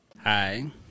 Hi